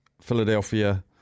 Philadelphia